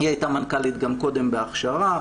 היא הייתה מנכ"לית גם קודם בהכשרה.